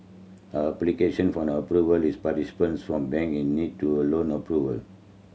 a application for an Approval in from the bank is needed to loan approval